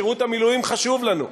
שירות המילואים חשוב לנו.